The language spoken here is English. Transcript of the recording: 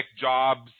jobs